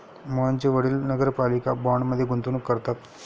मोहनचे वडील नगरपालिका बाँडमध्ये गुंतवणूक करतात